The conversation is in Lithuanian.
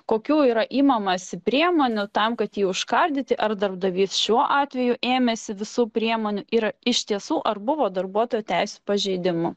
kokių yra imamasi priemonių tam kad jį užkardyti ar darbdavys šiuo atveju ėmėsi visų priemonių ir ar iš tiesų ar buvo darbuotojo teisių pažeidimų